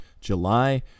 July